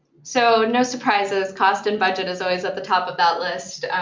so no surprises. cost and budget is always at the top of that list.